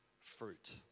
fruit